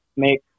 make